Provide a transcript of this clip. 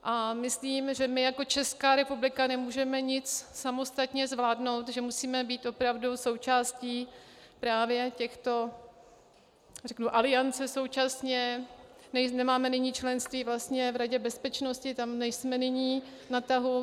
A myslím, že my jako Česká republika nemůžeme nic samostatně zvládnout, že musíme být opravdu součástí právě těchto, řeknu, aliancí současně, nemáme nyní členství v Radě bezpečnosti, tam nejsme nyní na tahu.